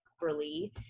properly